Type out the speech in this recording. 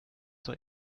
doch